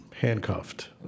handcuffed